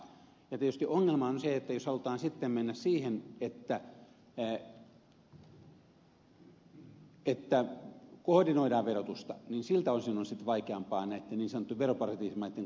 ja tietysti ongelma on se että jos sitten halutaan mennä siihen että koordinoidaan verotusta niin siltä osin on sitten vaikeampaa näitten niin sanottujen veroparatiisimaitten kanssa tehdä sopimuksia